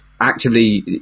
actively